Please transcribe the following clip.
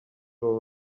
all